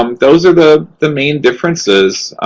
um those are the the main differences.